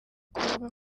kuvuga